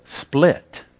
split